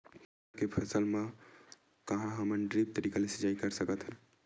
चना के फसल म का हमन ड्रिप तरीका ले सिचाई कर सकत हन?